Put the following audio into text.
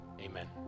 Amen